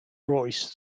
royce